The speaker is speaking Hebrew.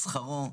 שכרו,